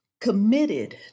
committed